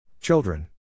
children